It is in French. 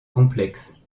complexes